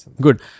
good